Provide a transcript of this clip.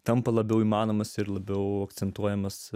tampa labiau įmanomas ir labiau akcentuojamas